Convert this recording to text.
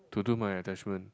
to do my attachment